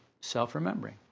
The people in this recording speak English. self-remembering